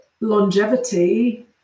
longevity